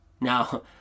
Now